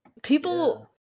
People